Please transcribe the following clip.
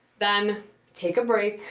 then take a break,